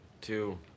Two